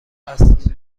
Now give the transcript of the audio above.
است